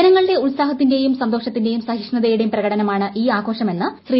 ജനങ്ങളുടെ ഉത്സാഹത്തിന്റെയും സന്തോഷത്തിന്റെയും സഹിഷ്ണുതയുടെയും പ്രകടനമാണ് ഈ ആഘോഷമെന്ന് ശ്രീ